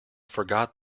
forgot